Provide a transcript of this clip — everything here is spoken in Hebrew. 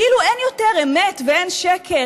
כאילו אין יותר אמת ואין שקר,